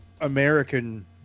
American